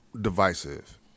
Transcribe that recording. divisive